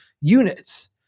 units